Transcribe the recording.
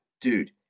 dude